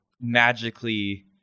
magically